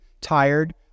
tired